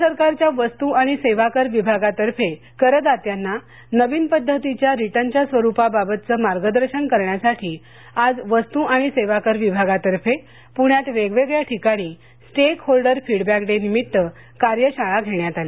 राज्य सरकारच्या वस्तू आणि सेवाकर जीएसटी विभागातर्फे करदात्यांना नवीन पद्धतीच्या रिटर्नचे स्वरूपाबाबतचे मार्गदर्शन करण्यासाठी आज वस्तू आणि सेवाकर विभागातर्फे प्ण्यात वेगवेगळ्या ठिकाणी स्टेक होल्डर फिडबॅक डे निमित्त कार्यशाळा घेण्यात आली